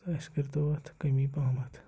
تہٕ اَسہِ کٔرۍتو اَتھ کمی پَہمَتھ